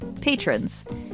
patrons